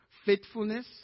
Faithfulness